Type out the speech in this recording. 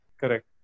Correct